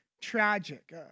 tragic